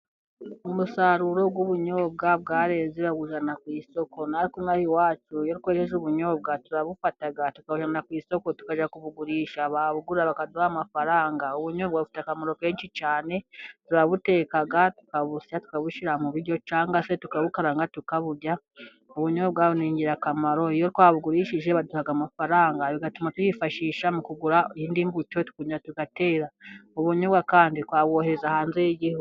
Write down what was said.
Umusaruro w'ubunyobwa bwareze babuzana ku isoko. Natwe inaha iwacu iyo twejeje ubunyobwa turabufata tukabujyana ku isoko, tukajya kubugurisha bakaduha amafaranga. Ubunyobwa bufite akamaro kenshi cyane. Turabuteka tukabusya tukabushyira mu biryo cyangwa se tukabukaranga tukaburya. Ubunyo bwa ni ingirakamaro, iyo twabugurishije baduha amafaranga, bigatuma tuyifashisha mu kugura indi mbuto, tukongera tugatera. Ubunyobwa kandi twabohereza hanze y'igihugu.